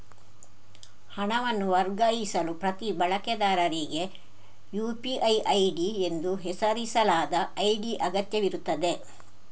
ಹಣವನ್ನು ವರ್ಗಾಯಿಸಲು ಪ್ರತಿ ಬಳಕೆದಾರರಿಗೆ ಯು.ಪಿ.ಐ ಐಡಿ ಎಂದು ಹೆಸರಿಸಲಾದ ಐಡಿ ಅಗತ್ಯವಿರುತ್ತದೆ